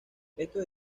estos